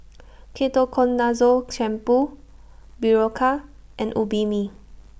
Ketoconazole Shampoo Berocca and Obimin